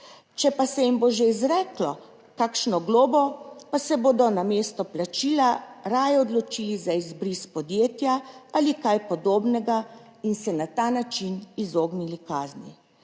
Če pa se jim bo že izreklo kakšno globo, pa se bodo namesto plačila raje odločili za izbris podjetja ali kaj podobnega in se na ta način izognili kazni.